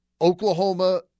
Oklahoma